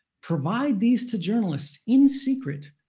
provide these to journalists in secret,